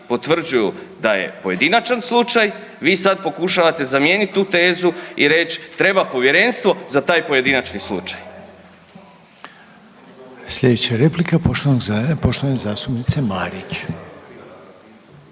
potvrđuju da je pojedinačan slučaj, vi sada pokušavate zamijenit tu tezu i reći treba povjerenstvo za taj pojedinačni slučaj. **Reiner, Željko (HDZ)** Slijedeća